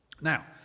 Now